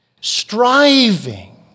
striving